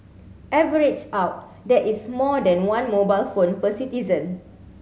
averaged out that is more than one mobile phone per citizen